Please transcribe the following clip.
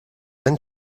than